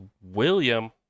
William